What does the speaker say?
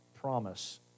promise